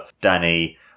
danny